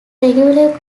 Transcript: regular